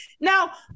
now